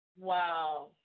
Wow